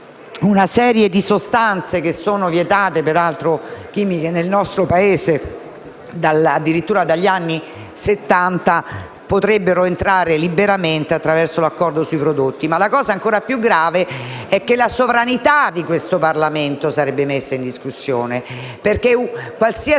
una serie di sostanze chimiche, vietate nel nostro Paese addirittura dagli anni Settanta, potrebbero entrare liberamente attraverso l'accordo sui prodotti. La cosa ancora più grave è che la sovranità di questo Parlamento sarebbe messa in discussione, perché qualsiasi